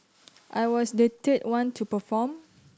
I was the third one to perform